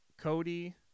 Cody